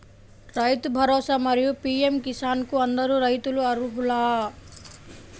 రైతు భరోసా, మరియు పీ.ఎం కిసాన్ కు అందరు రైతులు అర్హులా?